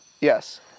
yes